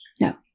No